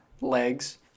legs